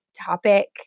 topic